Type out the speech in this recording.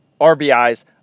RBIs